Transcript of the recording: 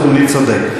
אדוני צודק.